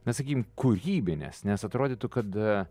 na sakykim kūrybinės nes atrodytų kad